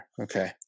okay